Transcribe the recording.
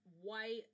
white